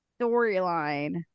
storyline